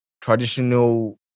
traditional